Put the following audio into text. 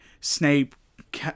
Snape